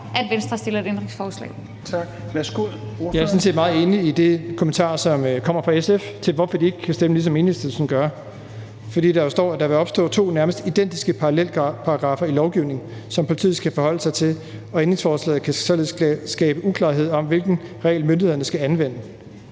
Kl. 16:02 Jeppe Bruus (S): Jeg er sådan set meget enig i den kommentar, som kommer fra SF, altså hvorfor de ikke kan stemme, ligesom Enhedslisten gør. For der står jo, at der vil opstå to nærmest identiske parallelparagraffer i lovgivningen, som politiet skal forholde sig til, og ændringsforslaget kan således skabe uklarhed om, hvilken regel myndighederne skal anvende.